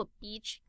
beach